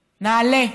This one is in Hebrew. נעלה,